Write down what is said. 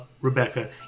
Rebecca